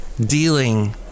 dealing